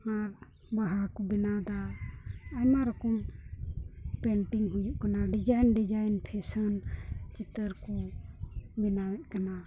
ᱟᱨ ᱵᱟᱦᱟ ᱠᱚ ᱵᱮᱱᱟᱣᱫᱟ ᱟᱭᱢᱟ ᱨᱚᱠᱚᱢ ᱯᱮᱱᱴᱤᱝ ᱦᱩᱭᱩᱜ ᱠᱟᱱᱟ ᱰᱤᱡᱟᱭᱤᱱ ᱰᱤᱡᱟᱭᱤᱱ ᱯᱷᱮᱥᱮᱱ ᱪᱤᱛᱟᱹᱨ ᱠᱚ ᱵᱮᱱᱟᱣᱮᱫ ᱠᱟᱱᱟ